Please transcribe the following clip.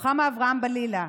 רוחמה אברהם בלילה,